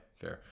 fair